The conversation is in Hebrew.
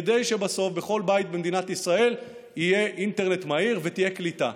כדי שבסוף בכל בית במדינת ישראל יהיה אינטרנט מהיר ותהיה קליטה.